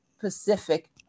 Pacific